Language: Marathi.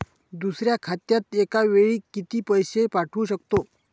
दुसऱ्या खात्यात एका वेळी किती पैसे पाठवू शकतो?